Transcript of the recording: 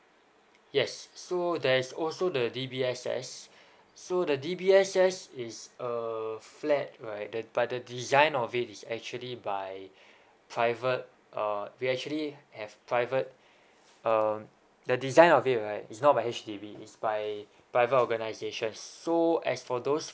yes so there's also the D_B_S_S so the D_B_S_S is a flat right the but the design of it is actually by private uh we actually have private um the design of it right is not by H_D_B is by private organisations so as for those